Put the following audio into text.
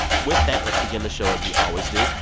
with that, let's begin the show as we always do.